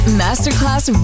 masterclass